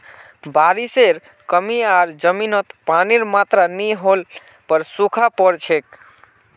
बारिशेर कमी आर जमीनत पानीर मात्रा नई होल पर सूखा पोर छेक